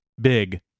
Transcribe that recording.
big